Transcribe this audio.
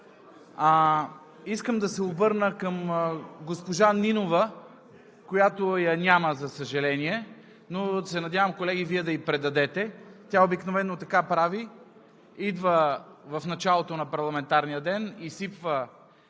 Искам да се обърна към госпожа Нинова, която я няма за съжаление, но се надявам, колеги, Вие да ѝ предадете. Тя обикновено така прави – идва в началото на парламентарния ден, изсипва